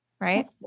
Right